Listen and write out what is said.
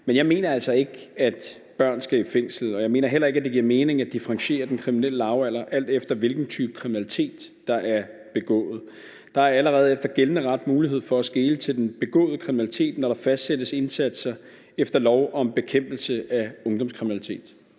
Men jeg mener altså ikke, at børn skal i fængsel, og jeg mener heller ikke, at det giver mening at differentiere den kriminelle lavalder, alt efter hvilken type kriminalitet der er begået. Der er allerede efter gældende ret mulighed for at skele til den begåede kriminalitet, når der fastsættes indsatser efter lov om bekæmpelse af ungdomskriminalitet.